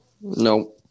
no